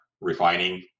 refining